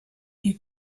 you